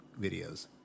videos